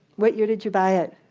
what year did you buy it?